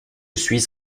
suis